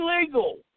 Illegal